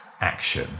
action